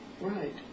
right